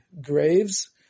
graves